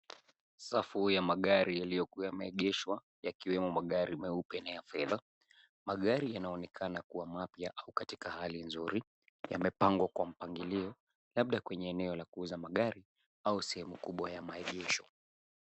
Safu ya magari yaliyokuwa yameegeshwa yakiwemo magari meupe na ya fedha. Magari yanaonekana kuwa mapya au katika hali nzuri. Yamepangwa kwa mpangilio labda kwenye eneo la kuuza magari au sehemu kubwa ya maegesho.